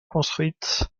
construite